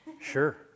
Sure